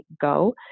go